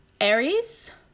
Aries